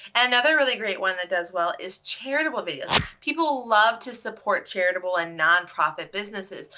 and another really great one that does well is charitable videos. people love to support charitable and non-profit businesses.